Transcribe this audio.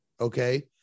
Okay